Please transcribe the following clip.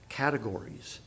categories